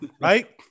right